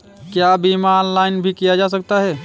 क्या बीमा ऑनलाइन भी किया जा सकता है?